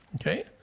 Okay